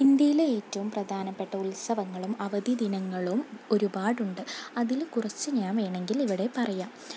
ഇന്ത്യയിലെ ഏറ്റവും പ്രധാനപ്പെട്ട ഉത്സവങ്ങളും അവധി ദിനങ്ങളും ഒരുപാടുണ്ട് അതിൽ കുറച്ചു ഞാൻ വേണമെങ്കിൽ ഇവിടെ പറയാം